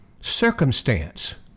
Circumstance